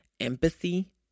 empathy